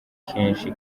kenshi